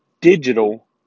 digital